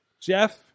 Jeff